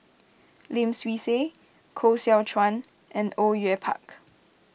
Lim Swee Say Koh Seow Chuan and Au Yue Pak